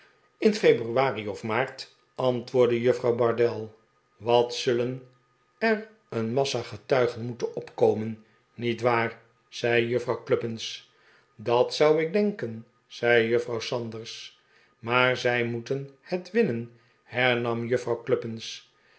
in februari of maart antwoordde juffrouw bardell wat zullen er een massa getuigen moeten opkomen niet waar zei juffrouw cluppins dat zou ik denken zei juffrouw sanders maar zij moet het winnen hernam juffrouw